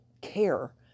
care